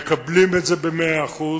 מקבלים את זה במאה אחוז,